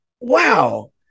Wow